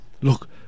look